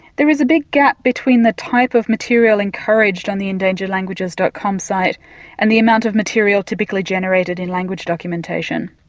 there is a big gap between the type of material encouraged on the endangered-languages. com site and the amount of material typically generated in language documentation,